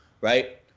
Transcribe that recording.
right